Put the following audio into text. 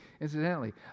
Incidentally